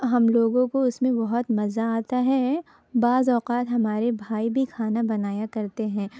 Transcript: ہم لوگوں کو اس میں بہت مزہ آتا ہے بعض اوقات ہمارے بھائی بھی کھانا بنایا کرتے ہیں